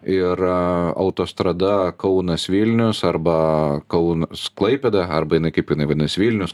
ir autostrada kaunas vilnius arba kaunas klaipėda arba jinai kaip jinai vadinasi vilnius